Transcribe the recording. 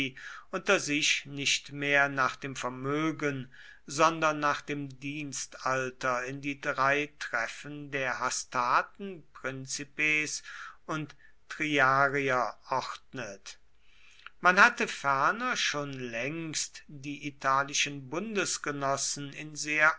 unter sich nicht mehr nach dem vermögen sondern nach dem dienstalter in die drei treffen der hastaten principes und triarier ordnet man hatte ferner schon längst die italischen bundesgenossen in sehr